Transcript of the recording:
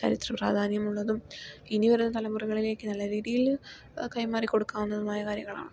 ചരിത്ര പ്രധാന്യമുള്ളതും ഇനി വരുന്ന തലമുറകളിലേയ്ക്ക് നല്ല രീതിയില് കൈമാറി കൊടുക്കാവുന്നതുമായ കാര്യങ്ങളാണ്